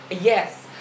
Yes